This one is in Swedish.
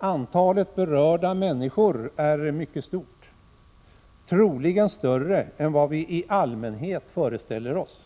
Antalet berörda människor är mycket stort, troligen större än vad vi i allmänhet föreställer oss.